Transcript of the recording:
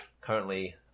currently